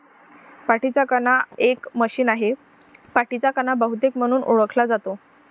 पाठीचा कणा एक मशीन आहे, पाठीचा कणा बहुतेक म्हणून ओळखला जातो